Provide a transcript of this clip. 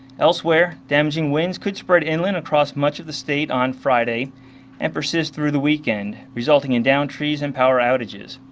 elsewhere damaging winds could it spread inland across much of the state on friday and persist through the weekend. resulting in downed trees and power outages.